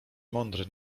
mądry